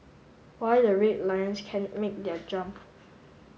why the Red Lions can make their jump